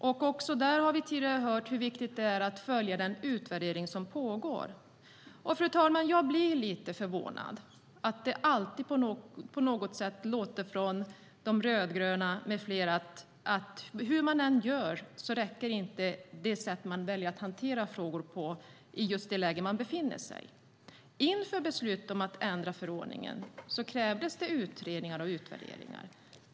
Också där har vi tidigare hört hur viktigt det är att följa upp den utvärdering som pågår. Jag blir lite förvånad, fru talman, att det alltid låter från de rödgröna med flera som att hur man än gör räcker inte det sätt man väljer att hantera frågor på i det läge man befinner sig. Inför beslut om att ändra förordningen krävdes utredningar och utvärderingar.